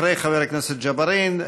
אחרי חבר הכנסת ג'בארין,